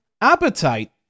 appetite